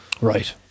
Right